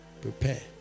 Prepare